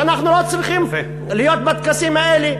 שאנחנו לא צריכים להיות בטקסים האלה.